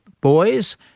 boys